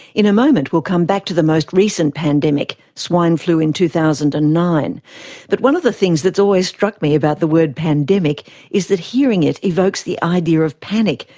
in a moment we'll come back to the most recent pandemic swine flu in two thousand and nine but one of the things that's always struck me about the word pandemic is that hearing it evokes the idea of panic,